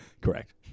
Correct